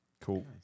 Cool